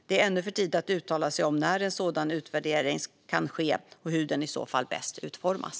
Det är ännu för tidigt att uttala sig om när en sådan utvärdering kan ske och hur den i så fall bäst kan utformas.